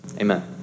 Amen